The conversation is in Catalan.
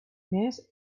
més